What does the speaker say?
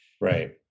Right